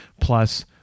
plus